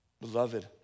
Beloved